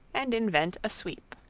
and invent a sweep.